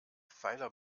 pfeiler